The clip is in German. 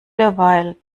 derweil